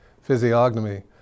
physiognomy